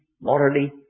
morally